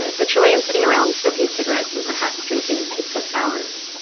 the chilean sitting around smoking cigarettes and perhaps drinking pisco sours